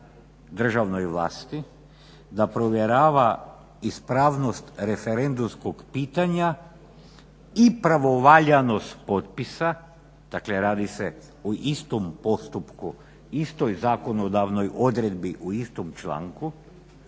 državnoj vlasti da provjerava ispravnost referendumskog pitanja i pravovaljanost potpisa. Dakle, radi se o istom postupku, istoj zakonodavnoj odredbi u istom članku